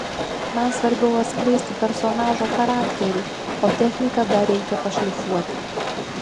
man svarbiau atskleisti personažo charakterį o techniką dar reikia pašlifuoti